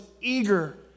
eager